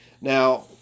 Now